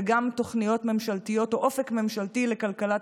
וגם תוכניות ממשלתיות או אופק ממשלתי לכלכלת